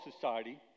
society